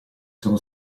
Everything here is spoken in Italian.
sono